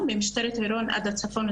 ממשטרת עירון ועד הצפון,